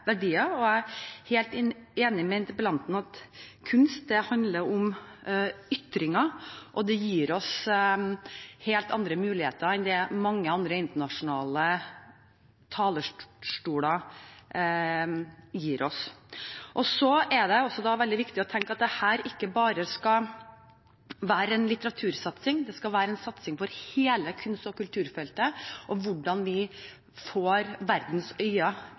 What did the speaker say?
verdier, og jeg er helt enig med interpellanten i at kunst handler om ytringer, og det gir oss helt andre muligheter enn det mange andre internasjonale talerstoler gir oss. Så er det også veldig viktig å tenke at dette ikke bare skal være en litteratursatsing. Det skal være en satsing for hele kunst- og kulturfeltet, og vi vil få verdens øyne rettet mot alt det fantastiske vi